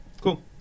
Cool